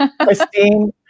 Christine